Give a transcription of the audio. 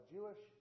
Jewish